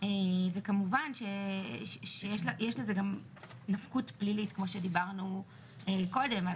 וכמובן שיש לזה גם נפקות פלילית כמו שדיברנו קודם,